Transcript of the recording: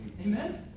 Amen